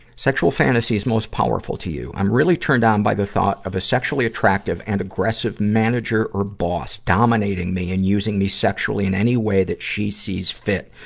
sexual fantasies most powerful to you. i'm really turned on by the thought of a sexually attractive and aggressive manager or boss dominating me and using me sexually in any way she sees fit.